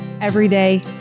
everyday